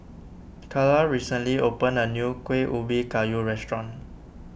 Carla recently opened a new Kueh Ubi Kayu restaurant